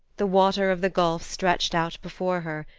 the water of the gulf stretched out before her,